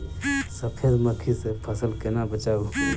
सफेद मक्खी सँ फसल केना बचाऊ?